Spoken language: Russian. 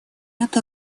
нет